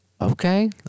Okay